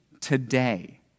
today